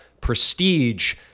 prestige